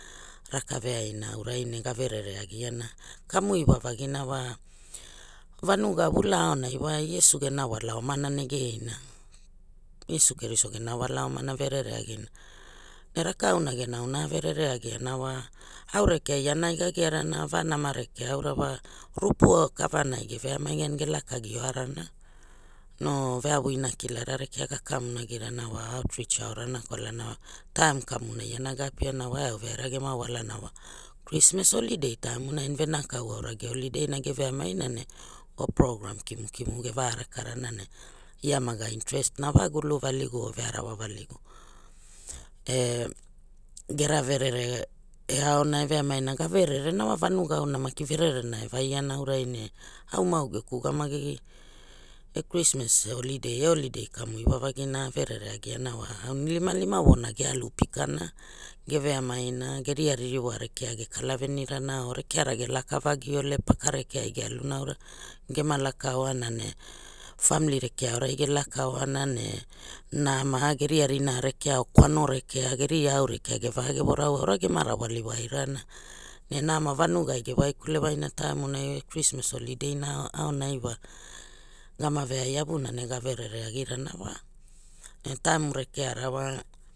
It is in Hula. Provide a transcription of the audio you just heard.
Rakaveaina aurai ne ga verere agiana, kamu iwavagi na wa vanuga vulaa aonai wa Iesu gena wala omana na geina, Iesu Keriso gena wala omana verere agina na rakauna auna averere agiana wa au rekea iana ai ga giarana va nama rekea aura wa rupu au kavanai ge veaniai agiana ge laka agi oarana, no veavu inakilara rekea gakamonai rana wa aotrits aurana kwalana taim kamuna iana ga apiana wa eau veaira gema walana wa krismas holiday taimu nai venakau gaura ge holiday na ge veamaina ne wa program kimukimu geva rakarana ne ia ma ga interest na wa gulu valigu or vearawa valigu eh gera vere e aona e veaniai na ga verere wa vanuga aona maki verere e vaiana aurai ne au maa geku ugamagi eh krismas holiday eh holiday kamu iwavagina averere agiana wa aunilimalima vona ge alu pikana ge veamaina geria ririwa rekea ge kala venirana or rekeara ge laka vagi ole paka rekeai ge aluna aura gema laka oana ne famili rekea aorai ge laka oana ne na ma geria rina rekea or kwana rekea geria au rekea ge vagevo rao gema rawali wai rara ne nama vanugai ge waikule wai na taimu nai nai krismas holiday na aonai wa gama veai avuna ge ga verere agirana wa, ne taim rekeara wa